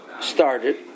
started